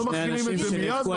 לא מחילים את זה מיד,